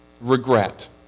Regret